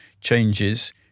changes